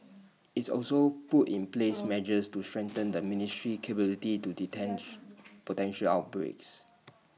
it's also put in place measures to strengthen the ministry's capability to potential outbreaks